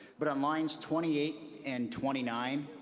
but on lines twenty eight and twenty nine,